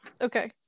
Okay